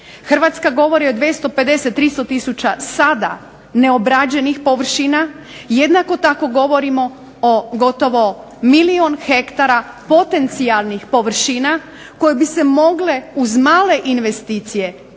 Hrvatska govori o 250, 300 tisuća sada neobrađenih površina, jednako tako govorimo o gotovo milijun hektara potencijalnih površina koje bi se mogle uz male investicije